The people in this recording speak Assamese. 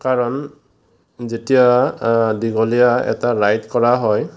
কাৰণ যেতিয়া দীঘলীয়া এটা ৰাইড কৰা হয়